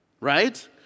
Right